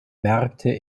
märkte